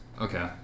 Okay